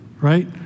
right